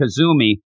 Kazumi